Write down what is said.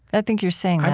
i think you're saying that,